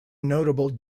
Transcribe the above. notable